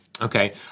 Okay